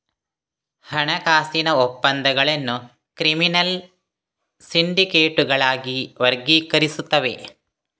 ಹಣಕಾಸಿನ ಒಪ್ಪಂದಗಳನ್ನು ಕ್ರಿಮಿನಲ್ ಸಿಂಡಿಕೇಟುಗಳಾಗಿ ವರ್ಗೀಕರಿಸುತ್ತವೆ